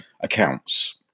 accounts